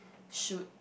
should